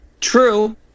True